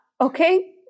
Okay